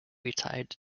retired